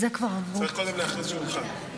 צריך קודם להכריז שהיא הונחה.